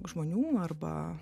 žmonių arba